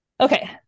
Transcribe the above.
Okay